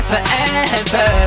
Forever